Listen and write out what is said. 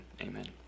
amen